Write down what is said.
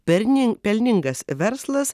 perning pelningas verslas